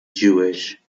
jewish